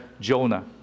Jonah